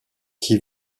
qui